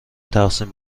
تقسیم